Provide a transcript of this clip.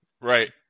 Right